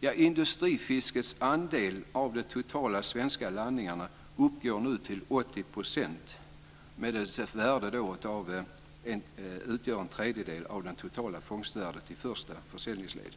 Industrifiskets andel av de totala svenska landningarna uppgår nu till 80 % medan dess värde utgör en tredjedel av det totala fångstvärdet i första försäljningsledet.